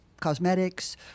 cosmetics